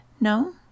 No